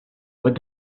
with